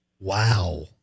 Wow